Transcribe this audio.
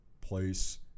place